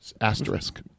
Asterisk